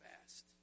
fast